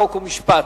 חוק ומשפט.